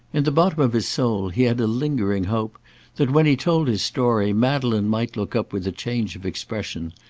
in the bottom of his soul, he had a lingering hope that when he told his story, madeleine might look up with a change of expression,